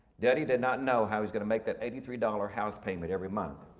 daddy did not know how he's gonna make that eighty three dollars house payment every month.